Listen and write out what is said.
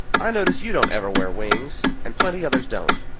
i notice you don't ever wear wings and plenty others don't.